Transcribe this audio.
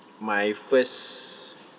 my first